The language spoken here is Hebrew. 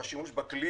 בשימוש בכלי,